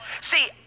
See